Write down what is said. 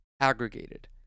aggregated